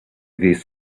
these